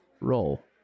Roll